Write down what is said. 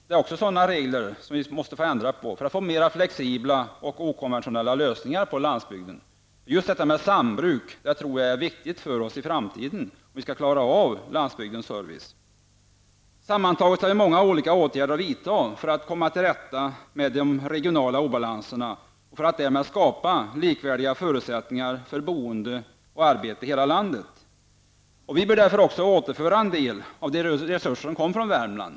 Där finns också regler som vi måste ändra på så att man kan få flexibla och okonventionella lösningar på landsbygden. Just detta med sambruk tror jag är viktigt för oss i framtiden, om vi skall klara landsbygdens service. Sammantaget finns många olika åtgärder att vidta för att komma till rätta med de regionala obalanserna och för att därmed skapa likvärdiga förutsättningar för boende och arbete i hela landet. Vi bör därför återföra en del av de resurser som kommer från Värmland.